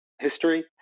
history